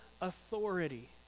authority